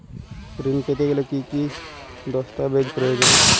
ঋণ পেতে গেলে কি কি দস্তাবেজ প্রয়োজন?